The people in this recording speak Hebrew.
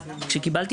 שכשקיבלתי